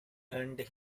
earned